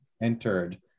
entered